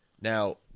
Now